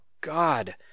God